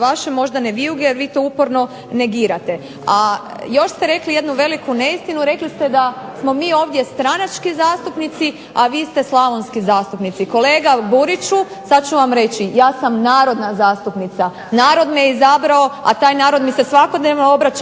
vaše moždane vijuge jer vi to uporno negirate. A još ste rekli jednu veliku neistinu, rekli ste da smo mi ovdje stranački zastupnici, a vi ste slavonski zastupnici. Kolega Buriću, sad ću vam reći, ja sam narodna zastupnica, narod me izabrao, a taj narod mi se svakodnevno obraća